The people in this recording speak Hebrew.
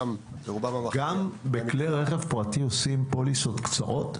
גם בכלי רכב פרטי עושים פוליסות קצרות?